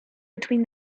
between